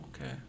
okay